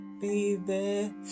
baby